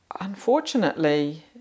unfortunately